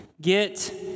get